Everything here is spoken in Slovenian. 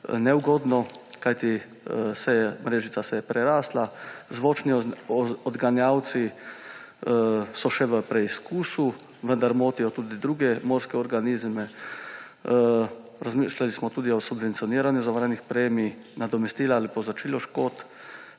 neugodno, kajti mrežica se je prerasla. Zvočni odganjalci so še v preizkusu, vendar motijo tudi druge morske organizme. Razmišljali smo tudi o subvencioniranju zavarovalnih premij, nadomestila ali povračilo škod